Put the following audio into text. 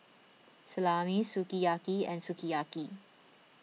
Salami Sukiyaki and Sukiyaki